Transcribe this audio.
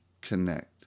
connect